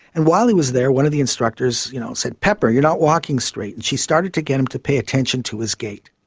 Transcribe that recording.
and while he was there one of the instructors you know said, pepper, you're not walking straight and she started to get him to pay attention to his gait.